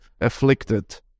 afflicted